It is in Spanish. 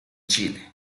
chile